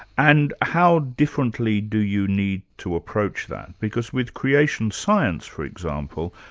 and how differently do you need to approach that, because with creation science for example,